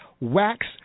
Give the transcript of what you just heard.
Wax